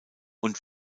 und